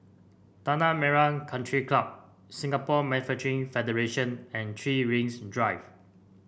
Tanah Merah Country Club Singapore Federation and Three Rings Drive